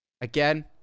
again